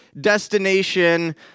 destination